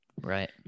Right